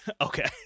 Okay